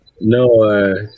No